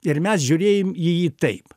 ir mes žiūrėjom į jį taip